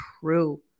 true